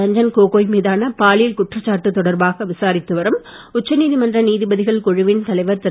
ரஞ்சன் கோகோய் மீதான பாலியல் குற்றச்சாட்டு தொடர்பாக விசாரித்து வரும் உச்ச நீதிமன்ற நீதிபதிகள் குழுவின் தலைவர் திரு